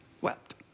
wept